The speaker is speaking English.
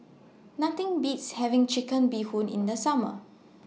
Nothing Beats having Chicken Bee Hoon in The Summer